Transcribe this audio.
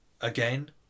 again